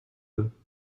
eux